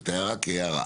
את ההערה כהערה.